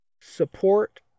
support